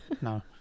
No